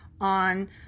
on